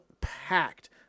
packed